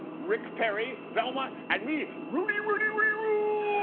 rick perry, velma, and me, rudy-rudy-rooooooo!